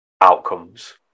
outcomes